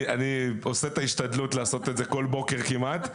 אני עושה את ההשתדלות לעשות את זה כל בוקר כמעט,